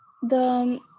the.